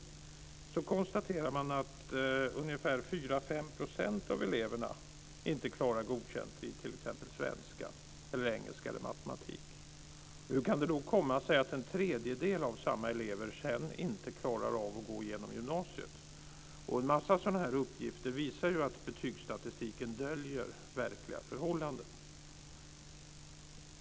Man kan då konstatera att ungefär 4-5 % av eleverna inte klarar godkänt i t.ex. svenska, engelska eller matematik. Hur kan det då komma sig att en tredjedel av samma elever sedan inte klarar av att gå igenom gymnasiet? En massa sådana här uppgifter visar ju att betygsstatistiken döljer verkliga förhållanden.